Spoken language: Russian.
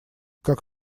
как